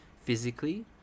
physically